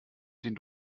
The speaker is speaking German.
den